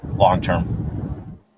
long-term